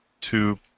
two